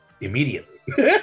immediately